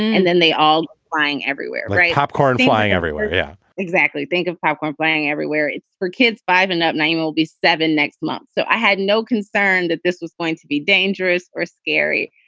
and then they all flying everywhere. popcorn flying everywhere. yeah, exactly. think of popcorn flying everywhere. it's for kids five and up nine will be seven next month. so i had no concern that this was going to be dangerous or scary.